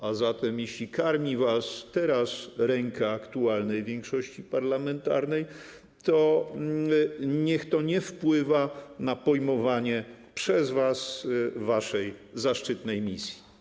A zatem jeśli karmi was teraz ręka aktualnej większości parlamentarnej, to niech to nie wpływa na pojmowanie przez was waszej zaszczytnej misji.